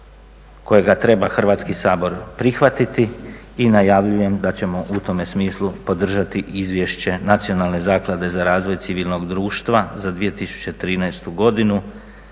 kojega treba Hrvatski sabor prihvatiti i najavljujem da ćemo u tome smislu podržati Izvješće Nacionalne zaklade za razvoj civilnog društva za 2013.godinu